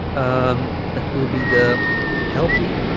um that will be the healthy